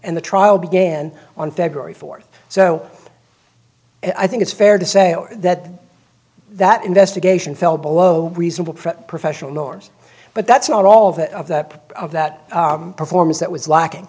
and the trial began on february fourth so i think it's fair to say that that investigation fell below reasonable professional norms but that's not all that of that of that performance that was lacking